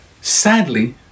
Sadly